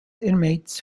inmates